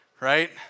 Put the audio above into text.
right